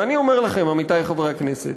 ואני אומר לכם, עמיתי חברי הכנסת,